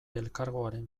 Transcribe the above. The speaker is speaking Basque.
elkargoaren